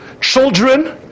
Children